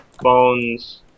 Bones